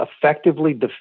effectively